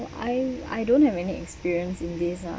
I I don't have any experience in this ah